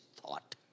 thought